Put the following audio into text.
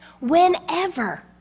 whenever